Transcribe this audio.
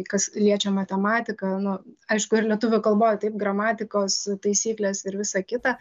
kas liečia matematiką nu aišku ir lietuvių kalboj taip gramatikos taisyklės ir visa kita